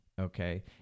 Okay